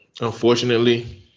unfortunately